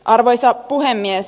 arvoisa puhemies